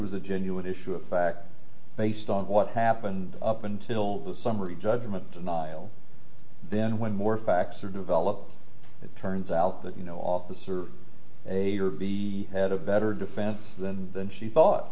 was a genuine issue of fact based on what happened up until the summary judgment and then when more facts are developed it turns out that you know officer a the had a better defense than than she thought